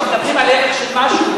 כשמדברים על ערך של משהו,